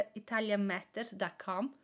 italianmatters.com